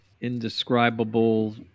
indescribable